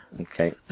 Okay